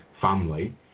family